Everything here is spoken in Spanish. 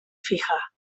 fija